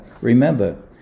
Remember